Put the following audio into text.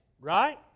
Right